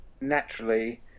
naturally